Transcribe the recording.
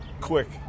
quick